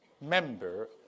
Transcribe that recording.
member